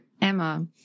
Emma